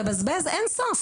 לבזבז אין סוף,